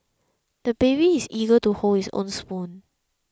the baby is eager to hold his own spoon